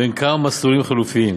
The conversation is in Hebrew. בין כמה מסלולים חלופיים